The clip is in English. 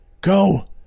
Go